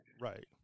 Right